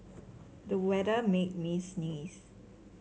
the weather made me sneeze